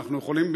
אנחנו יכולים,